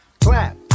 clap